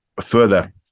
further